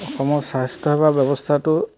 অসমৰ স্বাস্থ্য সেৱা ব্যৱস্থাটো